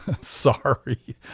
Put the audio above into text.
Sorry